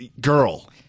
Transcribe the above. girl